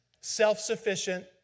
self-sufficient